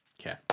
Okay